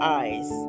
eyes